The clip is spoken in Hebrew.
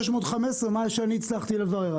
615 ממה שהצלחתי לברר.